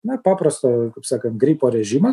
na paprasto kaip sakant gripo režimą